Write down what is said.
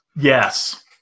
Yes